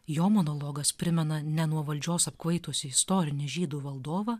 jo monologas primena ne nuo valdžios apkvaitusį istorinį žydų valdovą